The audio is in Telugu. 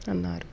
అన్నారు